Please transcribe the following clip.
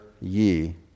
ye